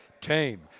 Tame